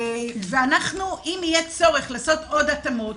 אם יהיה צורך לעשות עוד התאמות,